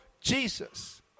Jesus